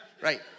right